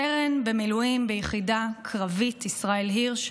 סרן במילואים ביחידה קרבית ישראל הירש,